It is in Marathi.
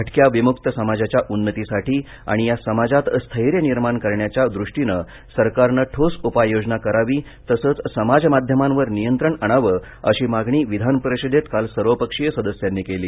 भटक्या विमुक्त समाजाच्या उन्नतीसाठी आणि या समाजात स्थैर्य निर्माण करण्याच्या दृष्टीने सरकारने ठोस उपाययोजना करावी तसंच समाजमाध्यमांवर नियंत्रण आणावं अशी मागणी विधानपरिषदेत काल सर्वपक्षीय सदस्यांनी केली